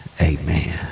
amen